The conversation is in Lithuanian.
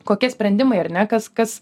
kokie sprendimai ar ne kas kas